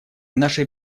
нашей